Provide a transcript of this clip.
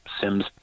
sims